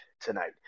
tonight